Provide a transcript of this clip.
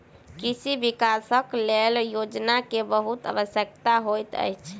कृषि विकासक लेल योजना के बहुत आवश्यकता होइत अछि